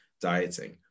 dieting